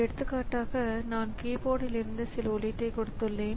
ஏனென்றால் பயனாளரின் வேலைகள் முடிய அதிக நேரம் எடுக்கும்